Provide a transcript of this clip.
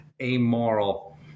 Amoral